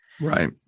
Right